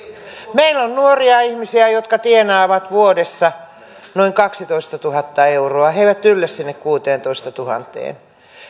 meillä on nuoria ihmisiä jotka tienaavat vuodessa noin kaksitoistatuhatta euroa he eivät yllä sinne kuuteentoistatuhanteen